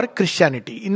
Christianity